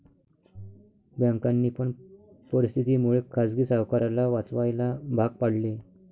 बँकांनी पण परिस्थिती मुळे खाजगी सावकाराला वाचवायला भाग पाडले